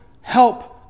help